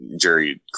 Jerry